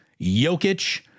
Jokic